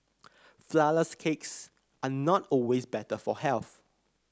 flourless cakes are not always better for health